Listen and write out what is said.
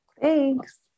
Thanks